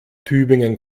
tübingen